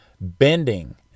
bending